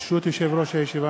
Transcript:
ברשות יושב-ראש הישיבה,